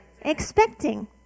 Expecting